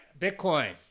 Bitcoin